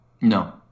No